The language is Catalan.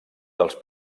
dels